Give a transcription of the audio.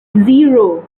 zero